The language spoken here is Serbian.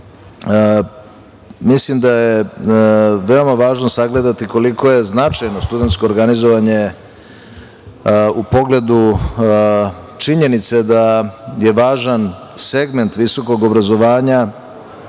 mislim da je veoma važno sagledati koliko je značajno studentsko organizovanje u pogledu činjenice da je važan segment visokog obrazovanja